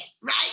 right